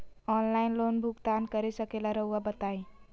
Online loan भुगतान कर सकेला राउआ बताई?